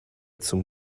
zum